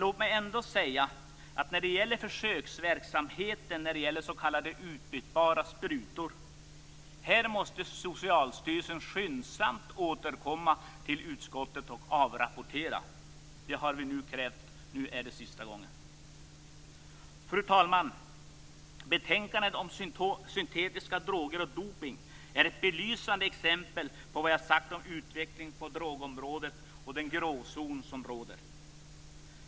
Låt mig dock säga när det gäller försöksverksamheten med s.k. utbytbara sprutor att här måste Socialstyrelsen skyndsamt återkomma till utskottet och avrapportera. Detta har vi krävt förut. Nu är det sista gången. Fru talman! Betänkandet om syntetiska droger och dopning är ett belysande exempel på vad jag sagt om utvecklingen på drogområdet och den gråzon som råder.